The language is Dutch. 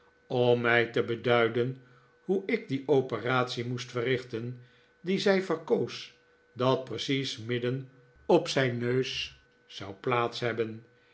om mij te beduiden hoe ik die operatie moest verrichten die zij verkoos dat precies midden op zijn neus zou plaats hebben